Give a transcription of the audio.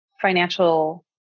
financial